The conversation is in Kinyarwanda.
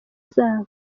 zabo